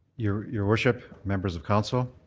your your worship, members of council,